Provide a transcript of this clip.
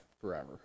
forever